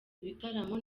ibitaramo